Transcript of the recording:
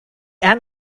end